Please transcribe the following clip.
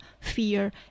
fear